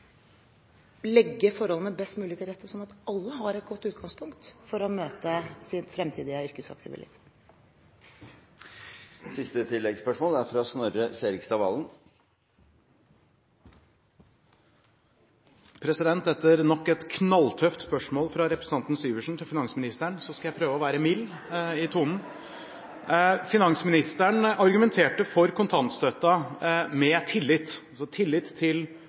legge forholdene best mulig til rette, sånn at alle har et godt utgangspunkt for å møte sitt fremtidige yrkesaktive liv. Snorre Serigstad Valen – til siste oppfølgingsspørsmål. Etter nok et knalltøft spørsmål fra representanten Syversen til finansministeren skal jeg prøve å være mild i tonen. Finansministeren argumenterte for kontantstøtten med tillit, altså tillit til